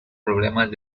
problemas